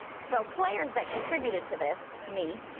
so players that contributed to this, me,